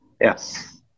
Yes